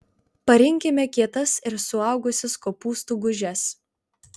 parinkime kietas ir suaugusias kopūstų gūžes